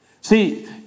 See